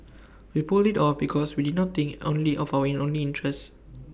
we pulled IT off because we did not think only of our in lonely interests